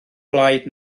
blaid